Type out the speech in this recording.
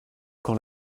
quand